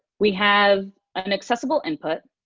we have an accessible input,